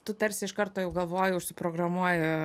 tu tarsi iš karto jau galvoji užsiprogramuoji